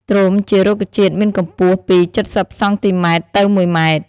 ត្រុំជារុក្ខជាតិមានកម្ពស់ពី ៧០សង់ទីម៉ែត្រទៅ១ម៉ែត្រ។